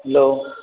hello